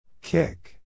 Kick